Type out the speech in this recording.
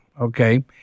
okay